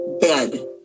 bed